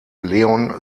leon